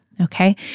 okay